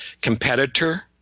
competitor